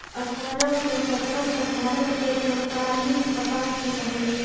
अट्ठारह सौ सत्तर तक भारत में सैंतालीस कपास मिल हलई